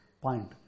point